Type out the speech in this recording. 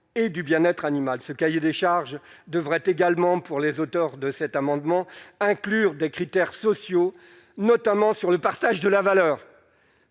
et du bien-être animal, ce cahier des charges devraient également pour les auteurs de cet amendement inclure des critères sociaux, notamment sur le partage de la valeur